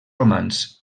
romans